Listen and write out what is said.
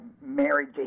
married